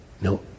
No